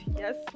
yes